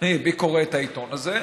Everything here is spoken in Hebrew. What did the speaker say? מי קורא את העיתון הזה?